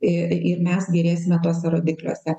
ir mes gerėsime tuose rodikliuose